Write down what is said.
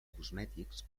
cosmètics